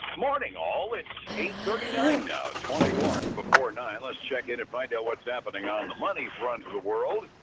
morning all, its eight thirty nine now, twenty one before nine zero let's check in and find out what's happening on the money front of the world.